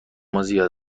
زیاد